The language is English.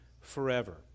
forever